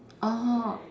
oh